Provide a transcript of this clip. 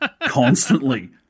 Constantly